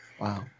Wow